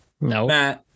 No